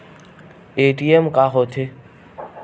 ATM का होथे?